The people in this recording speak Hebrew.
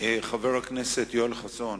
חבר הכנסת יואל חסון,